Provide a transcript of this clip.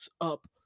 up